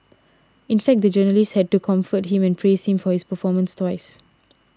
in fact the journalist had to comfort him and praise him for his performance twice